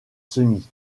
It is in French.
semis